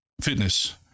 Fitness